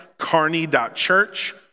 carney.church